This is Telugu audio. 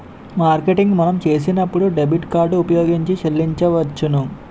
మార్కెటింగ్ మనం చేసినప్పుడు డెబిట్ కార్డు ఉపయోగించి చెల్లించవచ్చును